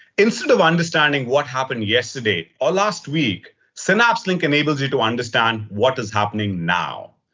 instead of understanding what happened yesterday or last week, synapse link enables you to understand what is happening now,